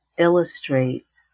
Illustrates